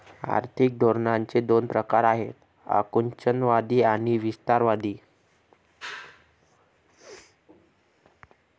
आर्थिक धोरणांचे दोन प्रकार आहेत आकुंचनवादी आणि विस्तारवादी